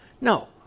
No